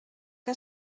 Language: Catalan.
que